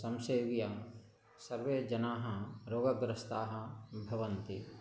संसेव्य सर्वे जनाः रोगग्रस्ताः भवन्ति